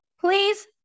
please